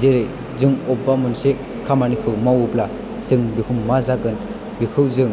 जेरै जों अबेबा मोनसे खामानिखौ मावोब्ला जों बेखौ मा जागोन बेखौ जों